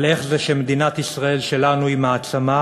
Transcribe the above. איך זה שמדינת ישראל שלנו היא מעצמה,